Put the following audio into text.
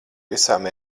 visām